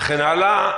וכן הלאה,